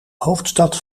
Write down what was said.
hoofdstad